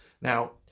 now